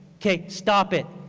okay stop it.